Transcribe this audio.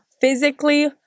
physically